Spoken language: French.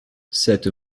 cette